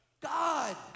God